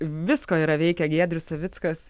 visko yra veikę giedrius savickas